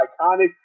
iconic